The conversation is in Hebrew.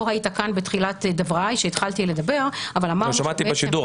לא ראית כאן בתחילת דבריי כשהתחלתי לדבר --- שמעתי בשידור.